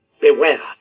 Beware